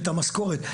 את המשכורת,